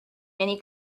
many